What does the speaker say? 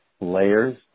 Layers